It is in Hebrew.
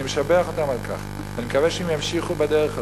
אני משבח אותם על כך ואני מקווה שהם ימשיכו בדרך הזאת.